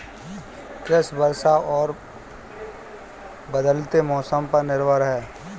कृषि वर्षा और बदलते मौसम पर निर्भर है